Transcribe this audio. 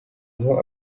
aho